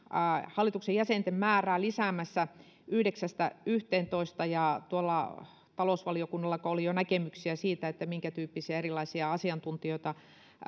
hallituksen jäsenten määrää lisäämässä yhdeksästä yhteentoista ja tuolla talousvaliokunnallako oli jo näkemyksiä siitä minkätyyppisiä erilaisia asiantuntijoita